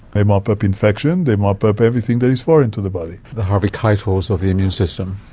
they mop up infection, they mop up everything that is foreign to the body. the harvey keitels of the immune system.